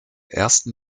ersten